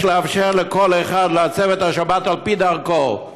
"יש לאפשר לכל אחד לעצב את השבת על פי דרכו".